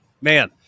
man